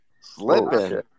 Slipping